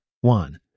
One